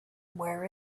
where